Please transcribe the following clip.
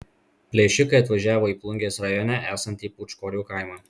plėšikai atvažiavo į plungės rajone esantį pūčkorių kaimą